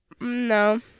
No